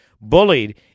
bullied